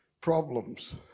problems